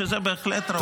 זה בהחלט ראוי.